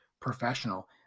professional